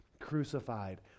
crucified